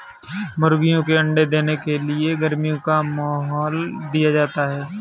मुर्गियों के अंडे देने के लिए गर्मी का माहौल दिया जाता है